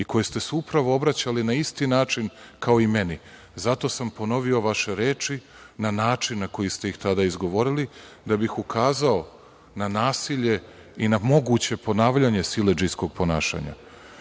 i kojoj ste se upravo obraćali na isti način kao i meni. Zato sam ponovio vaše reči na način na koji ste ih tada izgovorili da bih ukazao na nasilje i na moguće ponavljanje siledžijskog ponašanja. Želeo